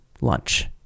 lunch